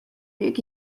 büyük